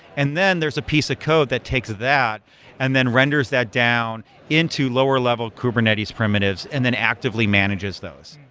and then there's a piece of code that takes that and then renders that down into lower level kubernetes primitives and then actively manages those.